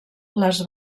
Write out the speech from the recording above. les